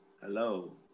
Hello